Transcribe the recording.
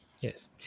Yes